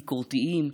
ביקורתיים,